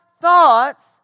thoughts